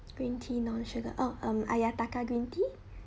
green tea no sugar oh um ayataka green tea